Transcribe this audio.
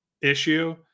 issue